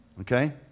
okay